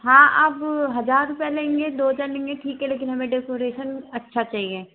हाँ अब हज़ार रुपये लेंगे दो हज़ार लेंगे ठीक है लेकिन हमें डेकोरेशन अच्छा चाहिए